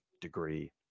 degree